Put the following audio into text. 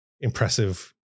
impressive